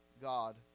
God